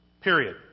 Period